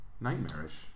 nightmarish